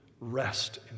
rest